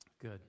Good